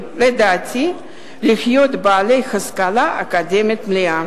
לדעתי להיות בעלי השכלה אקדמית מלאה.